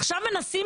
עכשיו מנסים